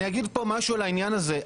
אני אגיד פה משהו על העניין הזה.